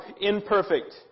imperfect